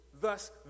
thus